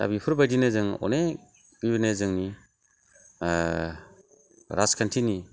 दा बेफोरबादिनो जों अनेख बेबादिनो जोंनि राजखान्थिनि